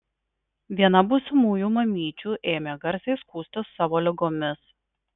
viena būsimųjų mamyčių ėmė garsiai skųstis savo ligomis